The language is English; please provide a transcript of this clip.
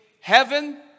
heaven